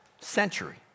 century